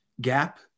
gap